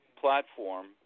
platform